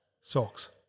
Socks